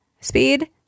speed